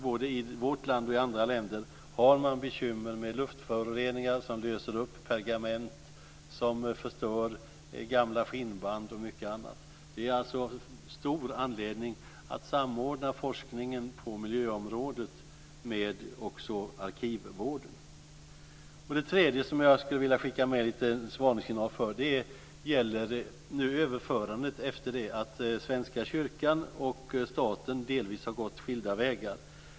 Både i vårt land och i andra länder har man bekymmer med luftföroreningar som löser upp pergament, förstör gamla skinnband och mycket annat. Det är stor anledning att samordna forskningen på miljöområdet också med arkivvården. Det tredje som jag skulle vilja skicka med en varningssignal för gäller överförandet efter det att Svenska kyrkan och staten delvis har gått skilda vägar.